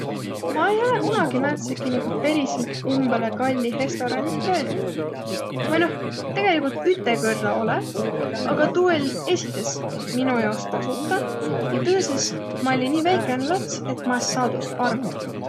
Ma ei olõq kunagi määntsehki nigu periselt umbõ kallih restoraanih käünükiq- Vai noh, tegeligult üte kõrra olõ, aga tuu oll', esites, mino jaos tasota, ja tõõsõs, ma olli nii väikene lats, et ma es saaq tuust arvogi.